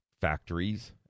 factories